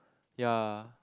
ya